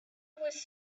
was